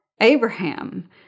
Abraham